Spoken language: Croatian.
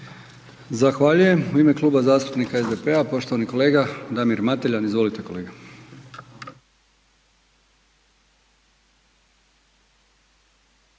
Zahvaljujem. U ime Kluba zastupnika SDP-a, poštovani kolega Damir Mateljan. Izvolite kolega.